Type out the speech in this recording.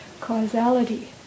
causality